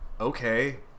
okay